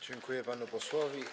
Dziękuję panu posłowi.